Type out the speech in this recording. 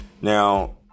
now